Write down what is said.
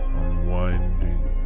unwinding